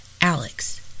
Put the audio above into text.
Alex